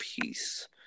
peace